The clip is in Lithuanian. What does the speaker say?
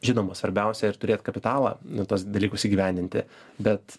žinoma svarbiausia ir turėt kapitalą ir tuos dalykus įgyvendinti bet